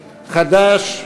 חד"ש.